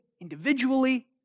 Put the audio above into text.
individually